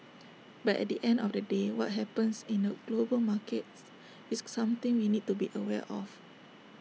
but at the end of the day what happens in the global markets is something we need to be aware of